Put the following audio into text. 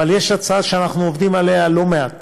אבל יש הצעה שאנחנו עובדים עליה לא מעט